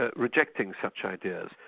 ah rejecting such ideas.